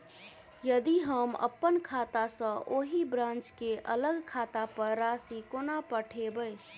यदि हम अप्पन खाता सँ ओही ब्रांच केँ अलग खाता पर राशि कोना पठेबै?